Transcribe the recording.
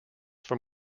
from